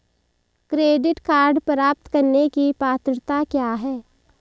Credit card प्राप्त करने की पात्रता क्या है?